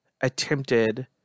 attempted